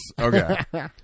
Okay